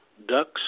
ducks